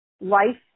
life